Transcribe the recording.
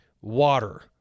water